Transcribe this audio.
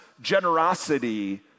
generosity